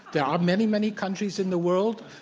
there are many, many countries in the world,